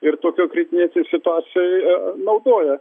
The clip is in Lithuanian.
ir tokioj kritinėj situacijoj naudoja